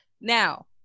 Now